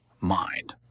mind